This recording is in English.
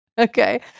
Okay